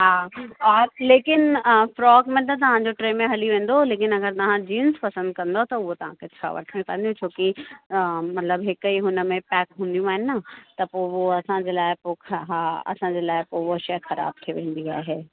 हा लेकिन फ्रोक मतिलबु तव्हां जो टे में हली वेंदो लेकिन अगरि तव्हां जींस पसंदि कंदो त उहा तव्हां खे छह वठणियूं पवंदियूं छोकी मतिलबु हिक ई उन में पैक हूंदियूं आहिनि न त पोइ उहो असांजे लाइ पोइ हा असांजे लाइ पोइ उहा शइ ख़राबु थी वेंदी आहे